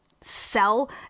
sell